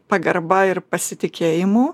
pagarba ir pasitikėjimu